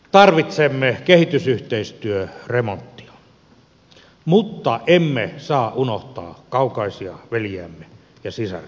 tarvitsemme kehitysyhteistyöremonttia mutta emme saa unohtaa kaukaisia veljiämme ja sisariamme